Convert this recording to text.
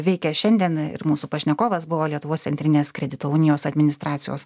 veikia šiandien ir mūsų pašnekovas buvo lietuvos centrinės kredito unijos administracijos